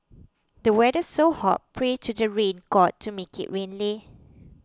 the weather's so hot pray to the rain god to make it rain leh